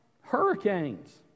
Hurricanes